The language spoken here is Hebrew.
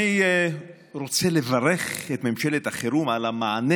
אני רוצה לברך את ממשלת החירום על המענה